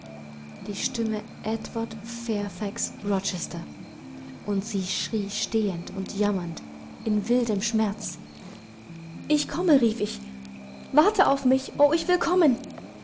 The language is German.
die stimme edward fairfax rochesters und sie schrie flehend und jammernd in wildem schmerz ich komme rief ich warte auf mich o ich will